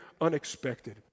unexpected